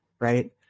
right